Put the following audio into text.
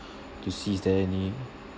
to see is there any